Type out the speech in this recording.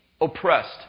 oppressed